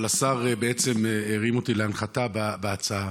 אבל השר בעצם הרים לי להנחתה בהצעה.